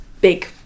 big